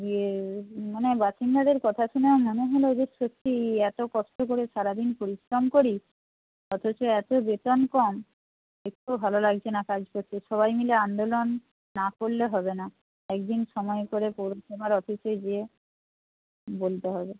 দিয়ে মানে বাসিন্দাদের কথা শুনে মনে হলো যে সত্যিই এত কষ্ট করে সারা দিন পরিশ্রম করি অথচ এত বেতন কম একটুও ভালো লাগছে না কাজ করতে সবাই মিলে আন্দোলন না করলে হবে না এক দিন সময় করে পৌরসভার অফিসে গিয়ে বলতে হবে